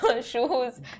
shoes